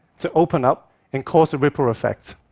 to open up and cause a ripple effect.